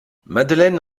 madeleine